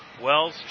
Wells